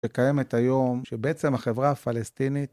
שקיימת היום, שבעצם החברה הפלסטינית...